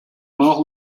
mort